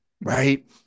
right